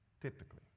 typically